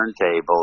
turntable